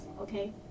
okay